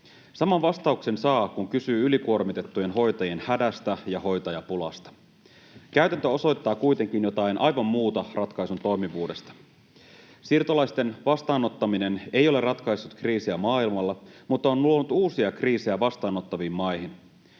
Saman vastauksen saa, kun kysyy ylikuormitettujen hoitajien hädästä ja hoitajapulasta. Käytäntö osoittaa kuitenkin jotain aivan muuta ratkaisun toimivuudesta. Siirtolaisten vastaanottaminen ei ole ratkaissut kriisiä maailmalla, mutta on luonut uusia kriisejä vastaanottaviin maihin.